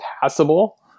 passable